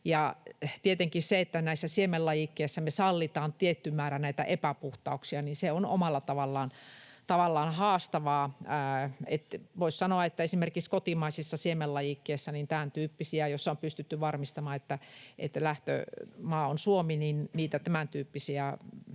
Tietenkin se, että näissä siemenlajikkeissa me sallitaan tietty määrä epäpuhtauksia, on omalla tavallaan haastavaa. Voisi sanoa, että esimerkiksi kotimaisissa siemenlajikkeissa, joissa on pystytty varmistamaan, että lähtömaa on Suomi, tämäntyyppisiä